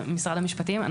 משרד המשפטים.